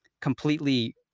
completely